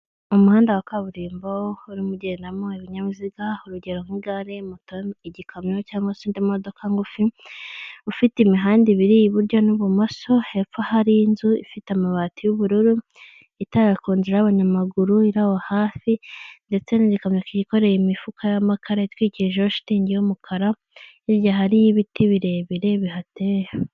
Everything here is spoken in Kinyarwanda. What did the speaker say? Umuhanda wa kaburimbo urimo ugendamo ibinyabiziga, urugero nk'igare, igikamyo cyangwag se indi modoka ngufi, ufite imihanda ibiri iburyo n'ibumoso hepfo hari inzu ifite amabati y'ubururu, itara ku nzira y'abanyamaguru iri aho hafi ndetse n'igikamyo kikoreye imifuka y'amakara itwikirijeho shitingi y'umukara hirya hariyo ibiti birebire bihateye.